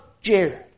Jared